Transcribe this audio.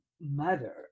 mother